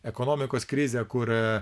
ekonomikos krizę kur